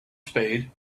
spade